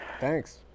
Thanks